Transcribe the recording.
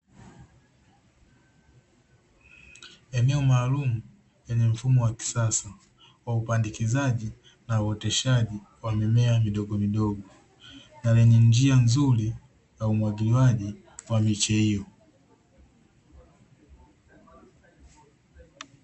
Eneo maalumu lenye mfumo wa kisasa, wa upandikizaji na uoteshaji wa mimea midogomidogo na lenye njia nzuri ya umwagiliaji wa miche hiyo.